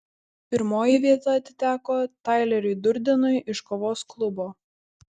pirmoji vieta atiteko taileriui durdenui iš kovos klubo